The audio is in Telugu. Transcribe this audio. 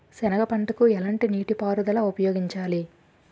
సెనగ పంటకు ఎలాంటి నీటిపారుదల ఉపయోగించాలి?